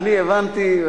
אני הבנתי.